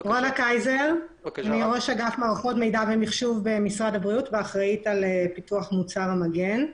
ראש אגף מערכות מידע במשרד הבריאות ואחראית על פיתוח מוצר המגן.